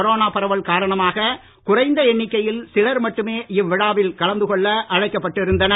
corona பரவல் காரணமாக குறைந்த எண்ணிக்கையில் சிலர் மட்டுமே இவ்விழாவில் கலந்து கொள்ள அழைக்கப்பட்டு இருந்தனர்